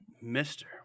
Mister